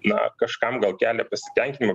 na kažkam gal kelia pasitenkinimą